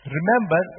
Remember